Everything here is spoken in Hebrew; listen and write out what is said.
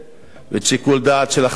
ואת שיקול הדעת של החברים.